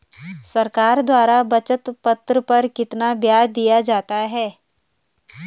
सरकार द्वारा बचत पत्र पर कितना ब्याज दिया जाता है?